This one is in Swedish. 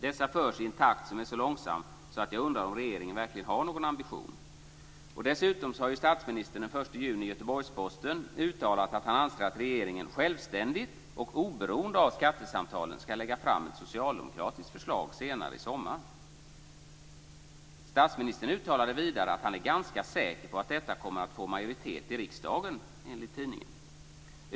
Dessa förs i en takt som är så långsam att jag undrar om regeringen verkligen har någon ambition. Dessutom har statsministern den 1 juni i Göteborgs-Posten uttalat att han anser att regeringen självständigt och oberoende av skattesamtalen skall lägga fram ett socialdemokratiskt förslag senare i sommar. Statsministern uttalade vidare att han är ganska säker på att detta kommer att få majoritet i riksdagen, enligt tidningen.